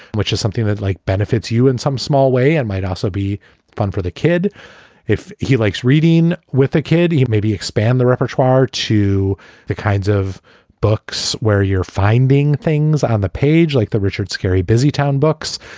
which is something that like benefits you in some small way and might also be fun for the kid if he likes reading with a kid who maybe expand the repertoire to the kinds of books where you're finding things on the page like the richard scarry busy town books.